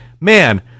man